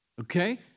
Okay